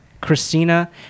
christina